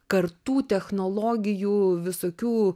kartų technologijų visokių